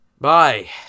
Bye